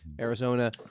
Arizona